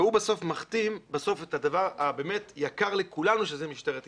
והוא בסוף מכתים את הדבר הבאמת יקר לכולנו שזה משטרת ישראל.